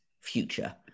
future